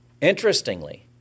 Interestingly